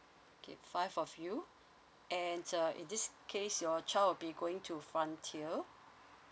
okay five of you and uh in this case your child will be going to frontier